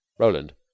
roland